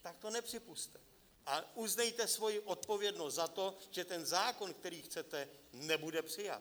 Tak to nepřipusťte, ale uznejte svoji odpovědnost za to, že zákon, který chcete, nebude přijat.